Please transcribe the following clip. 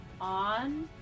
on